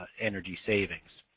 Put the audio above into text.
ah energy savings.